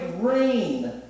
rain